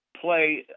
play